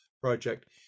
project